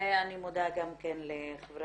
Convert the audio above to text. ואני מודה גם כן לחברת